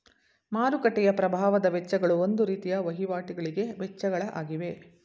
ಮಾರುಕಟ್ಟೆಯ ಪ್ರಭಾವದ ವೆಚ್ಚಗಳು ಒಂದು ರೀತಿಯ ವಹಿವಾಟಿಗಳಿಗೆ ವೆಚ್ಚಗಳ ಆಗಿವೆ